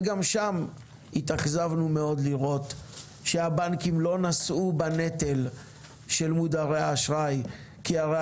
וגם שם התאכזבנו מאוד לראות שהבנקים לא נשאו בנטל של מודרי האשראי כי הרי